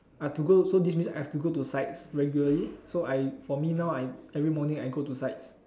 I have to go so this means I have to go to sites regularly so I for me now I every morning I go to sites